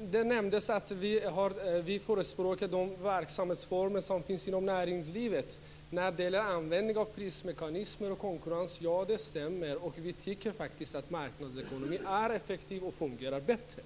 Det nämndes att vi förespråkar de verksamhetsformer som finns inom näringslivet. När det gäller användning av prismekanismer och konkurrens - ja. Det stämmer. Vi tycker faktiskt att marknadsekonomi är effektivt och fungerar bättre.